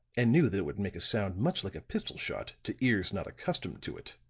and knew that it would make a sound much like a pistol shot to ears not accustomed to it.